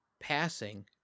passing